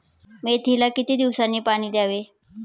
मेथीला किती दिवसांनी पाणी द्यावे?